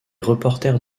reporters